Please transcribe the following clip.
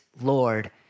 Lord